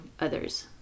others